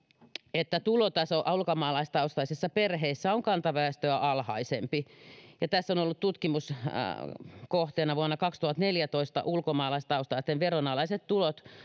että tulotaso ulkomaalaistaustaisissa perheissä on kantaväestöä alhaisempi tässä on ollut tutkimuskohteena vuonna kaksituhattaneljätoista ulkomaalaistaustaisten veronalaiset tulot jotka